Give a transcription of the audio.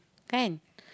thank